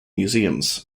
museums